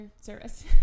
service